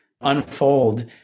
unfold